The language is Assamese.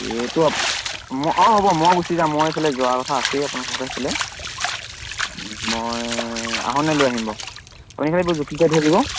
এইটো মই অঁ হ'ব মই গুচি যাম মই এইফালে যোৱাৰ কথা আছেই আপোনালোকৰ সেইফালে মই আহোতে লৈ আহিম বাও আপুনি খালী সেইবোৰ জুকি কৰি থৈ দিব